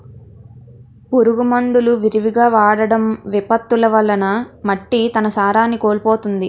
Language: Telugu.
పురుగు మందులు విరివిగా వాడటం, విపత్తులు వలన మట్టి తన సారాన్ని కోల్పోతుంది